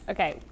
Okay